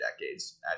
decades